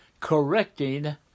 correcting